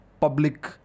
public